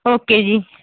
okay ਜੀ